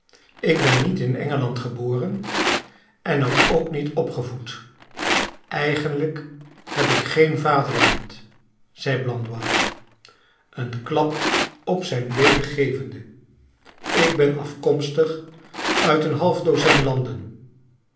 ik ben niet in engeland geboren en er ook niet opgevoed eigenlijk heb ik geen vaderland zei blandois een klap op zijn been gevende ik ben afkomstig uit een half dozijn landen